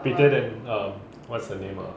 prettier than um what's her name uh